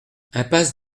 impasse